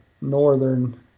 northern